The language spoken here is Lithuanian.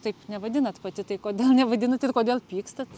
taip nevadinat pati tai kodėl nevadinat ir kodėl pykstat